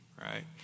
right